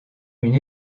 une